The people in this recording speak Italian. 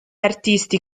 artisti